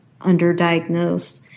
underdiagnosed